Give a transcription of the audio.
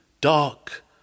dark